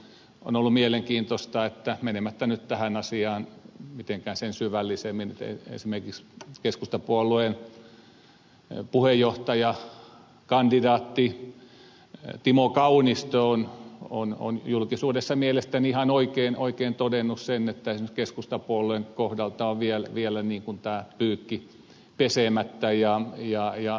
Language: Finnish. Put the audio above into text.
on ollut mielenkiintoista menemättä nyt tähän asiaan mitenkään sen syvällisemmin että esimerkiksi keskustapuolueen puheenjohtajakandidaatti timo kaunisto on julkisuudessa mielestäni ihan oikein todennut sen että keskustapuolueen kohdalta on vielä tämä pyykki pesemättä